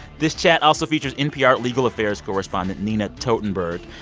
this chat also features npr legal affairs correspondent nina totenberg.